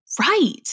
Right